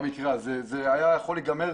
האירוע היה יכול להיגמר